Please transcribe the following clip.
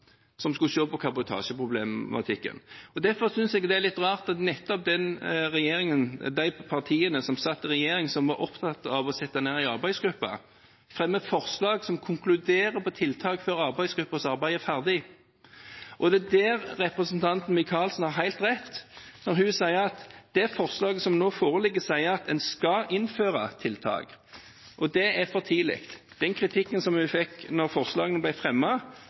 som skulle se på kabotasjeproblematikken. Derfor synes jeg det er litt rart at nettopp de partiene som satt i regjering, som var opptatt av å sette ned en arbeidsgruppe, fremmer forslag som konkluderer på tiltak før arbeidsgruppens arbeid er ferdig. Det er der representanten Michaelsen har helt rett når hun sier at det forslaget som nå foreligger, sier at en skal innføre tiltak. Det er for tidlig. Den kritikken som vi fikk da forslagene